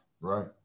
Right